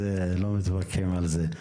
לא מתווכחים על זה.